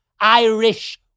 Irish